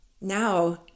now